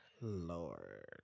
Lord